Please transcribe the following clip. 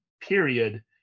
period